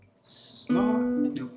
smart